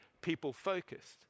people-focused